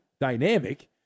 dynamic